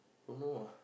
don't know ah